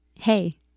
Hey